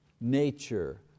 nature